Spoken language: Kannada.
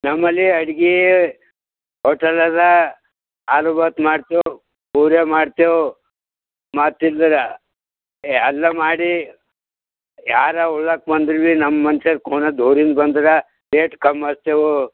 ನಮ್ಮಲ್ಲಿ ಅಡ್ಗೆ ಹೋಟಲ್ ಅದ ಆಲೂ ಬಾತ್ ಮಾಡ್ತೇವು ಪೂರಿ ಮಾಡ್ತೇವು ಮತ್ತಿದ್ರೆ ಎಲ್ಲ ಮಾಡಿ ಯಾರು ಉಣ್ಣಕ್ ಬಂದರು ಭಿ ನಮ್ಮ ಮನ್ಶ್ಯರು ಕೂಣ ದೂರಿಂದ ಬಂದ್ರೆ ರೇಟ್ ಕಮ್ ಮಾಡ್ತೇವು